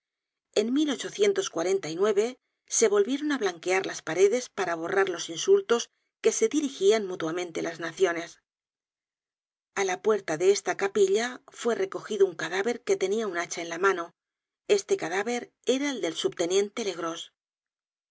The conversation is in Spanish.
con admiraciones signos de cólera en se volvieron a blanquear las paredes para borrar los insultos que se dirigian mutuamente las naciones a la puerta de esta capilla fue recogido un cadáver que tenia una hacha en la mano este cadáver era el del subteniente legrós